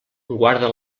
guarda